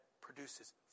produces